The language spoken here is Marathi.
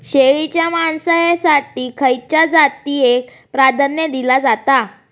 शेळीच्या मांसाएसाठी खयच्या जातीएक प्राधान्य दिला जाता?